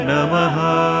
Namaha